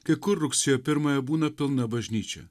kai kur rugsėjo pirmąją būna pilna bažnyčia